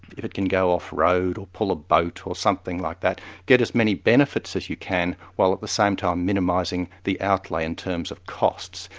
if it can go off-road, or pull a boat, or something like that, get as many benefits as you can, while at the same time minimising the outlay in terms of costs.